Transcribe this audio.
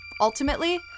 ultimately